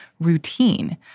routine